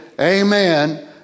Amen